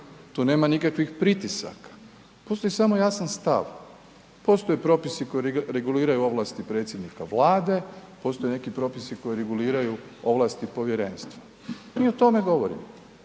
tu nema nikakvih pritisaka, postoji samo jasan stav. Postoje propisi koji reguliraju ovlasti predsjednika Vlade, postoje neki propisi koji reguliraju ovlasti povjerenstva i mi o tome govorimo.